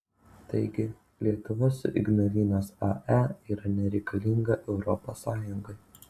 taigi lietuva su ignalinos ae yra nereikalinga europos sąjungai